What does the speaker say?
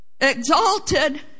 exalted